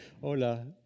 Hola